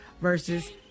versus